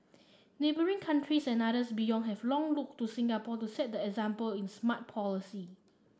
neighbouring countries and others beyond have long looked to Singapore to set the example in smart policy